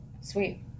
Sweet